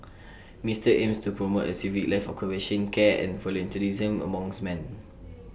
Mister aims to promote A civic life of compassion care and volunteerism amongst man